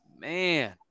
man